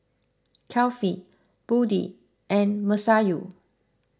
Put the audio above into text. Kefli Budi and Masayu